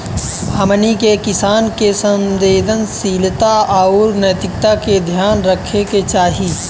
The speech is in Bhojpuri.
हमनी के किसान के संवेदनशीलता आउर नैतिकता के ध्यान रखे के चाही